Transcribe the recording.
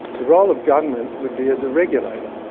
the role of government would be as a regulator.